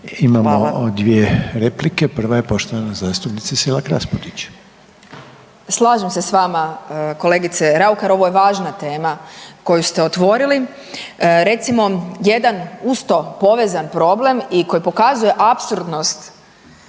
Imamo dvije replike. Prva je poštovana zastupnica Selak Raspudić. **Selak Raspudić, Marija (Nezavisni)** Slažem se s vama kolegice Raukar. Ovo je važna tema koju ste otvorili. Recimo jedan uz to povezan problem i koji pokazuje apsurdnost